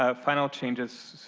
ah final changes,